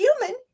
human